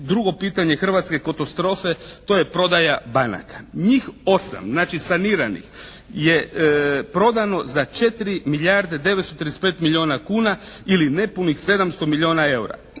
drugo pitanje hrvatske katastrofe to je prodaja banaka. Njih 8 znači saniranih je prodano za 4 milijarde 935 milijuna kuna ili nepunih 700 milijuna EUR-a.